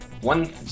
one